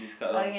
discard lor